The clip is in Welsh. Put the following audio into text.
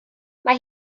mae